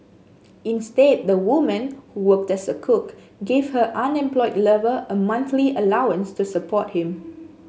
instead the woman who worked as a cook gave her unemployed lover a monthly allowance to support him